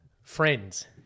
Friends